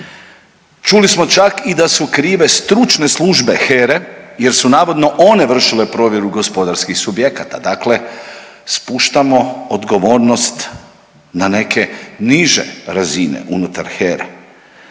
Čuli smo čak i da su krive i stručne službe HERA-e jer su navodno one vršile provjeru gospodarskih subjekata, dakle spuštamo odgovornost na neke niže razine unutar HERA-e.